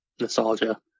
nostalgia